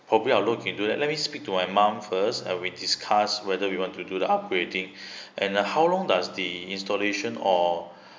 probably I'll look into that let me speak to my mom first and we discussed whether we want to do the upgrading and uh how long does the installation or